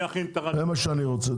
זה מה שאני רוצה.